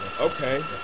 Okay